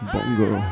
Bongo